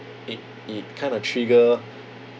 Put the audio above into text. it it kind of trigger